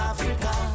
Africa